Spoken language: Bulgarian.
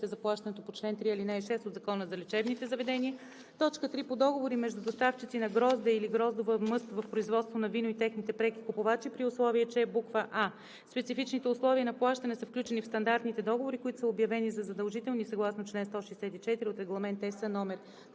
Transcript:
за плащане по чл. 3, ал. 6 от Закона за лечебните заведения; 3. по договори между доставчици на грозде или гроздова мъст за производство на вино и техните преки купувачи, при условие че: а) специфичните условия на плащане са включени в стандартните договори, които са обявени за задължителни съгласно чл. 164 от Регламент (ЕС) №